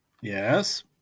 Yes